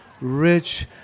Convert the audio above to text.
rich